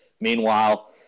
Meanwhile